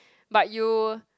but you